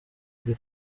turi